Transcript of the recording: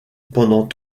pendant